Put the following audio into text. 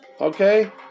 Okay